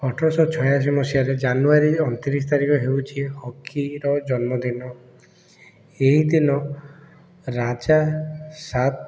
ଅଠରଶହ ଛୟାଅଶି ମସିହାରେ ଜାନୁଆରୀ ଅଣତିରିଶ ତାରିଖ ହେଉଛି ହକିର ଜନ୍ମଦିନ ଏହି ଦିନ ରାଜା ସାତ